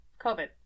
COVID